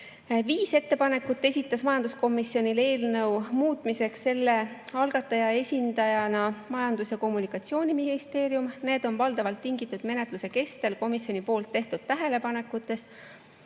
Viis ettepanekut esitas majanduskomisjonile eelnõu muutmiseks selle algataja esindajana Majandus‑ ja Kommunikatsiooniministeerium. Need on valdavalt tingitud menetluse kestel komisjoni tehtud tähelepanekutest